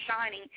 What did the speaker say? shining